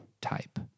type